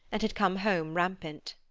and had come home rampant.